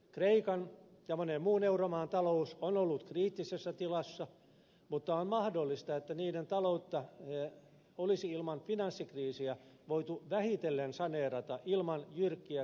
kreikan ja monen muun euromaan talous on ollut kriittisessä tilassa mutta on mahdollista että niiden taloutta olisi ilman finanssikriisiä voitu vähitellen saneerata ilman jyrkkiä kriisikäänteitä